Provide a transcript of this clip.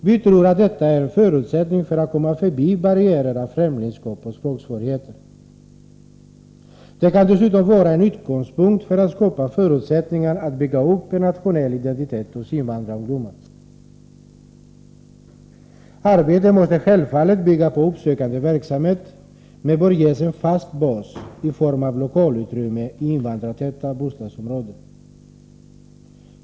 Vi tror att detta är en förutsättning för att man skall komma förbi barriärer av främlingskap och språksvårigheter. Det kan dessutom vara en utgångspunkt för att skapa förutsättningar att bygga upp en nationell identitet hos invandrarungdomarna. Arbetet måste självfallet bygga på uppsökande verksamhet, men bör ges en fast bas i form av lokalutrymmen i invandrartäta bostadsområden.